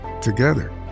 Together